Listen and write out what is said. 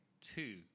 Two